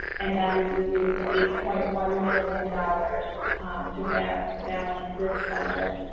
and then we use the eight point one million dollars to balance balance this budget,